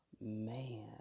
man